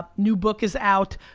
new book is out.